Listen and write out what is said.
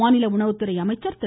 மாநில உணவுத்துறை அமைச்சர் திரு